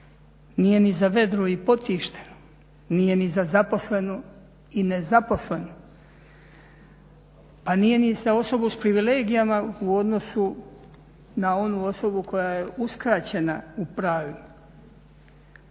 nije ni za vedru i potištenu, nije ni za zaposlenu i nezaposlenu, pa nije ni za osobu sa privilegijama u odnosu na onu osobu koja je uskraćena u pravima.